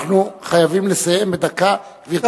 אנחנו חייבים לסיים בדקה, גברתי.